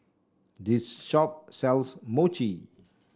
this shop sells Mochi